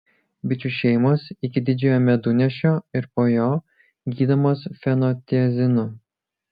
bičių šeimos iki didžiojo medunešio ir po jo gydomos fenotiazinu